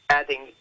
adding